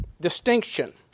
distinction